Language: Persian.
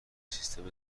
سیستم